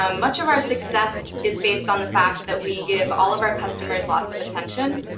um much of our success is based on the fact that we give all of our customers lots of attention.